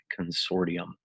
Consortium